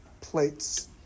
plates